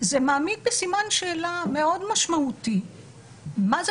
זה מעמיד בסימן שאלה מאוד משמעותי מה זה